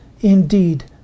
indeed